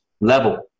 level